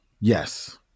Yes